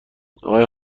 آقای